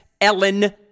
Ellen